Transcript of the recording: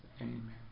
amen